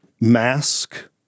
mask